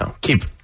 keep